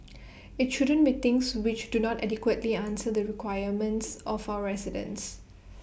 IT shouldn't be things which do not adequately answer the requirements of our residents